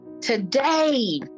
Today